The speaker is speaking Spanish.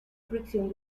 fricción